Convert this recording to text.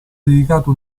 dedicata